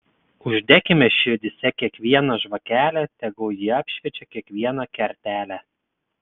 uždekime širdyse kiekvieną žvakelę tegul ji apšviečia kiekvieną kertelę